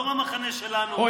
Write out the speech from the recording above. לא מהמחנה שלנו,